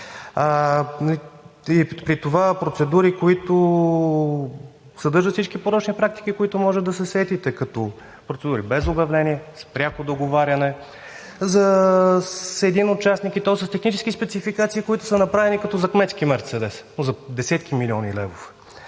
При това процедури, които съдържат всички порочни практики, които може да се сетите, като процедури без обявление, с пряко договаряне, с един участник, и то с технически спецификации, които са направени като за кметски мерцедес за десетки милиони левове.